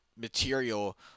material